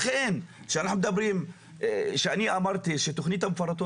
לכן כשאני אמרתי שתכניות מפורטות